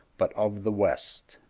but of the west.